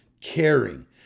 caring